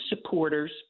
supporters